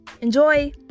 Enjoy